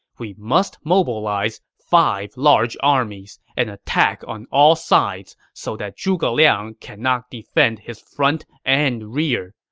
we must mobilize five large armies and attack on all sides so that zhuge liang cannot defend his front and rear.